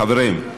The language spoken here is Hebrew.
חברים.